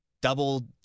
double